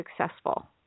successful